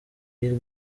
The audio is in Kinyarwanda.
bill